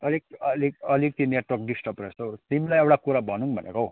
अलिक अलिक अलिक नेटवर्क डिस्टर्ब रहेछ हौ तिमीलाई एउटा कुरा भनौ भनेको